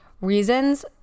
reasons